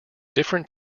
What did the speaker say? different